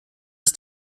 ist